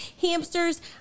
hamsters